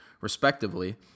respectively